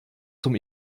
zum